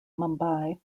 mumbai